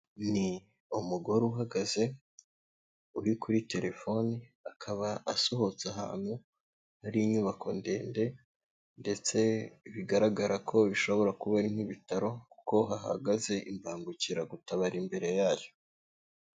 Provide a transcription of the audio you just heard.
Ni umugore uhagaze uri kuri terefone akaba asohotse ahantu hari inyubako ndende ndetse bigaragara ko bishobora kuba ari nk'ibitaro, kuko hahagaze imbangukiragutabara imbere yayo.